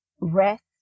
rest